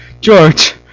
George